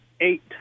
eight